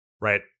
right